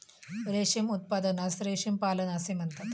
रेशीम उत्पादनास रेशीम पालन असे म्हणतात